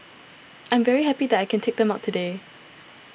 I'm very happy that I can take them out today